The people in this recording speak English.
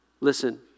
Listen